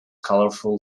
colorful